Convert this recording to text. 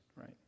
right